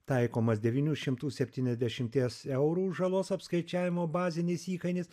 taikomas devynių šimtų septyniasdešimties eurų žalos apskaičiavimo bazinis įkainis